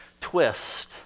twist